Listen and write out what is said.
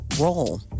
role